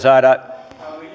saada